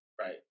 Right